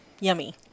yummy